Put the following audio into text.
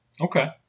Okay